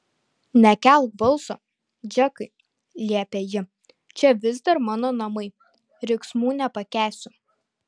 nekelk balso džekai liepė ji čia vis dar mano namai riksmų nepakęsiu